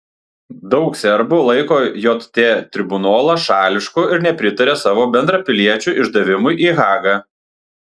daug serbų laiko jt tribunolą šališku ir nepritaria savo bendrapiliečių išdavimui į hagą